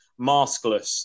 Maskless